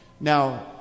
Now